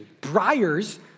Briars